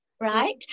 right